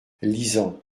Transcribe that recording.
lisant